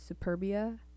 Superbia